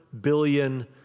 billion